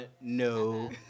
no